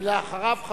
ואחריו,